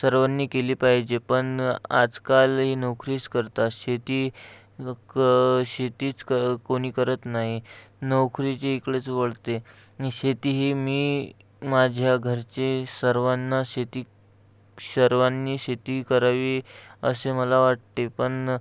सर्वांनी केली पाहिजे पण आजकाल ते नोकरीच करतात शेती लोकं शेतीच क कोणी करत नाही नोकरीचे इकडेच वळते आणि शेती ही मी माझ्या घरचे सर्वांना शेती सर्वांनी शेती करावी असे मला वाटते पण